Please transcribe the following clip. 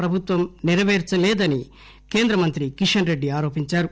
ప్రభుత్వం నెరపేర్చలేదని కేంద్ర మంత్రి కిషన్ రెడ్డి ఆరోపించారు